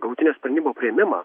galutinio sprendimo priėmimą